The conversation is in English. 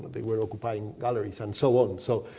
they were occupying galleries and so on. so,